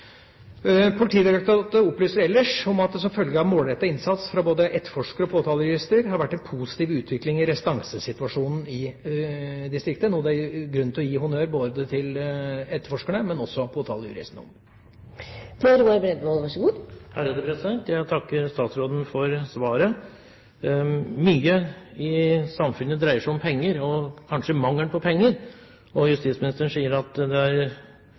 Politidirektoratet opplyser ellers at det som følge av målrettet innsats fra både etterforskere og påtalejurister har vært en positiv utvikling i restansesituasjonen i distriktet, noe det er grunn til å gi både etterforskerne og påtalejuristene honnør for. Jeg takker statsråden for svaret. Mye i samfunnet dreier seg om penger – og kanskje mangelen på penger. Justisministeren sier at det er